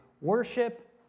Worship